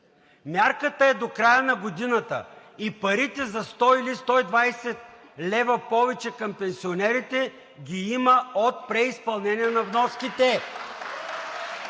Мярката е до края на годината. Парите за 100 или за 120 лв. повече към пенсионерите ги има от преизпълнение на вноските.